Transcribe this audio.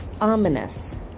ominous